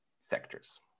sectors